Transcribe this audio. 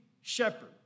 shepherd